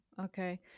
Okay